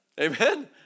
Amen